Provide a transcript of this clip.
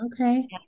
Okay